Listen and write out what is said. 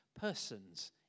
persons